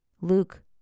Luke